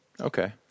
Okay